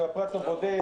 של הפרט הבודד,